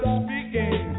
speaking